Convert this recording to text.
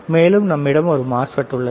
மேலும் நம்மிடம் ஒரு MOSFET உள்ளது